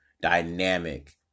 dynamic